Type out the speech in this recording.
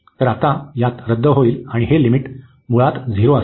तर आता यात रद्द होईल आणि हे लिमिट मुळात झिरो असेल